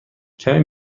کمی